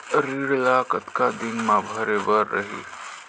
ऋण ला कतना दिन मा भरे बर रही?